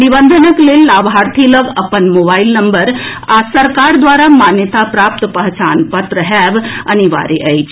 निबंधनक लेल लाभार्थी लऽग अपन मोबाईल नम्बर आ सरकार द्वारा मान्यता प्राप्त पहचान पत्र होएब अनिवार्य अछि